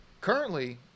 Currently